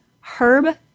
herb